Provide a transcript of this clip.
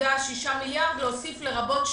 0.6 מיליארד, להוסיף: לרבות שמיטה.